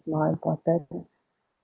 more important